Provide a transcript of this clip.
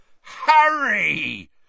Harry